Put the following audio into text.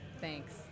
Thanks